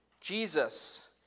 Jesus